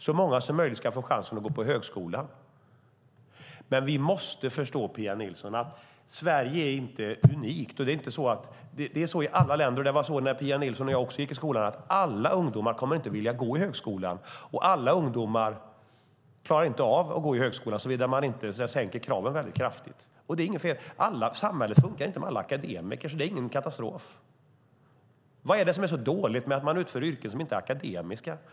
Så många som möjligt ska få chansen att gå på högskolan, men vi måste förstå, Pia Nilsson, att Sverige inte är unikt. Det är så i alla länder, och det var så när Pia Nilsson och jag också gick skolan, att alla ungdomar inte kommer att vilja gå i högskolan. Alla ungdomar klarar inte av att gå i högskolan om man inte sänker kraven väldigt kraftigt. Det är inget fel med det. Samhället funkar inte om alla är akademiker. Det är ingen katastrof. Vad är det som är så dåligt med att jobba i yrken som inte är akademiska?